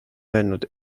öelnud